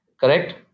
correct